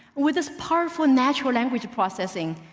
with this powerful natural language processing,